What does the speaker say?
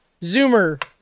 Zoomer